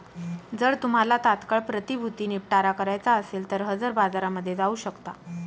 जर तुम्हाला तात्काळ प्रतिभूती निपटारा करायचा असेल तर हजर बाजारामध्ये जाऊ शकता